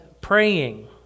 praying